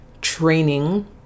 training